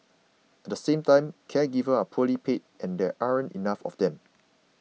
at the same time caregivers are poorly paid and there aren't enough of them